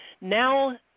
now